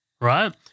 Right